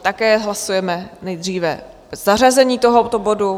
Také hlasujeme nejdříve o zařazení tohoto bodu.